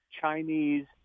Chinese